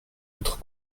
autre